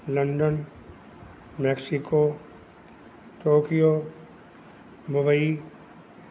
London Mexico Tokyo Mumbai